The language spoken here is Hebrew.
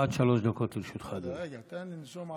עד שלוש דקות לרשותך, אדוני.